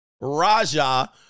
Raja